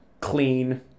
clean